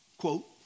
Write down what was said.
Quote